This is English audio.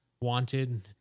Wanted